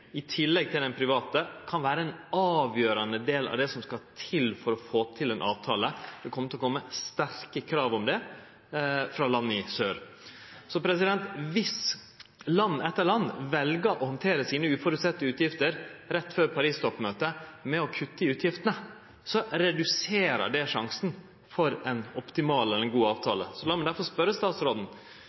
i tillegg til den private kan vere ein avgjerande del av det som skal til for å få til ein avtale. Det kjem til å kome sterke krav om det frå land i sør. Dersom land etter land vel å handtere sine uventa utgifter rett før Paris-toppmøtet med å kutte i utgiftene, reduserer det sjansen for ein optimal og god avtale. Lat meg difor spørje statsråden: